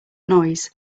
noise